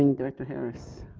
and director harris